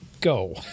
go